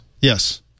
yes